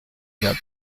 gap